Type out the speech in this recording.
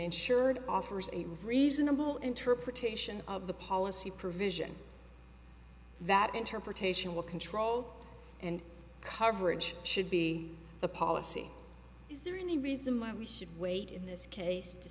insured offers a reasonable interpretation of the policy provision that interpretation will control and coverage should be the policy is there any reason why we should wait in this case to